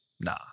nah